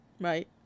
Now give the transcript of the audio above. right